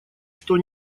что